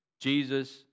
Jesus